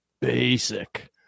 Basic